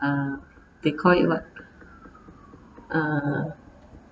uh they call it what uh